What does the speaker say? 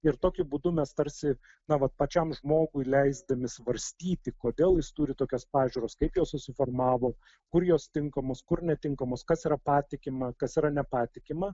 ir tokiu būdu mes tarsi na vat pačiam žmogui leisdami svarstyti kodėl jis turi tokias pažiūras kaip jos susiformavo kur jos tinkamos kur netinkamos kas yra patikima kas yra nepatikima